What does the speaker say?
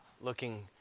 looking